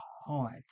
heart